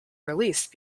release